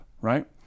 right